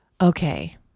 okay